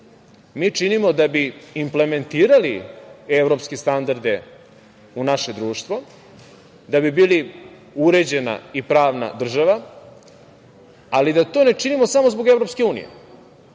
mi činimo da bi implementirali evropske standarde u naše društvo, da bi bili uređena i pravna država, ali da to ne činimo samo zbog EU, da